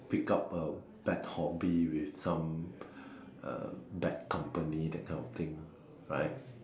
pick up a bad hobby with some uh bad company that kind of thing right